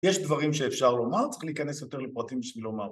יש דברים שאפשר לומר, צריך להיכנס יותר לפרטים בשביל לומר